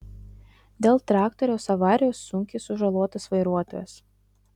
dėl traktoriaus avarijos sunkiai sužalotas vairuotojas